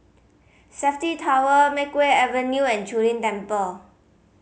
Safti Tower Makeway Avenue and Zu Lin Temple